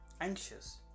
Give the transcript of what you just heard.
anxious